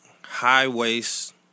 high-waist